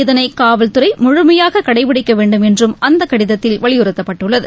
இதனை காவல்துறை முழமையாக கடைப்பிடிக்க வேண்டும் என்றும் அந்த கடிதத்தில் வலியுறுத்தப்பட்டுள்ளது